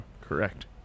Correct